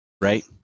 Right